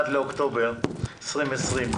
21 באוקטובר 2020,